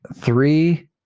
three